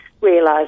realise